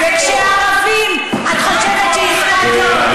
וכשערבים, את חושבת, אני מבקש.